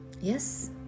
yes